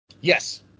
Yes